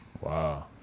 Wow